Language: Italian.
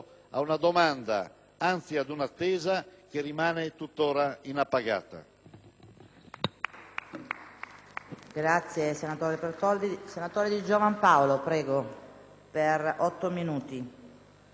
anzi ad una attesa, che rimane tuttora inappagata.